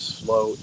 slow